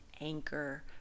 anchor